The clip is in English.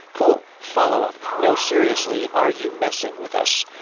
cool. follow-up. no, seriously, are you messing with us?